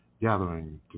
gathering